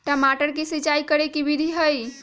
टमाटर में सिचाई करे के की विधि हई?